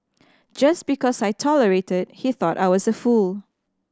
just because I tolerated he thought I was a fool